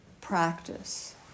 practice